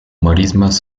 marismas